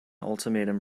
ultimatum